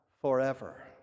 forever